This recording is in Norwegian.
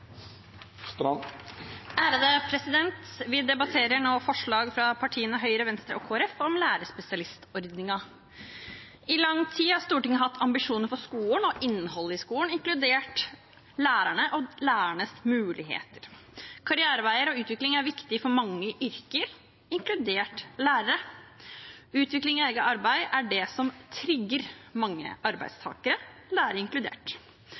Vi debatterer nå forslag fra partiene Høyre, Venstre og Kristelig Folkeparti om lærerspesialistordningen. I lang tid har Stortinget hatt ambisjoner for skolen og innholdet i skolen, inkludert lærerne og lærernes muligheter. Karriereveier og utvikling er viktig for mange yrker, inkludert lærere. Utvikling i eget arbeid er det som trigger mange arbeidstakere, lærere inkludert.